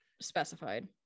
specified